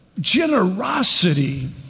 generosity